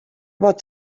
vot